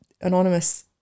anonymous